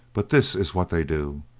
but this is what they do.